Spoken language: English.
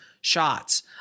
shots